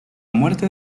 muerte